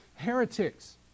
heretics